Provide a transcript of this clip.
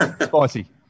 Spicy